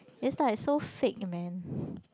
it's like so fake man